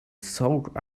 soak